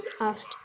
asked